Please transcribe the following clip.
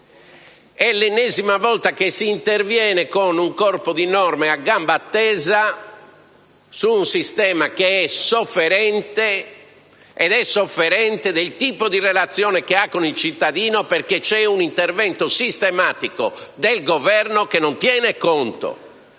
È l'ennesima volta che si interviene con un corpo di norme a gamba tesa su un sistema che è sofferente, e lo è per il tipo di relazione che ha con il cittadino, perché c'è un intervento sistematico del Governo che non tiene conto